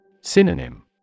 Synonym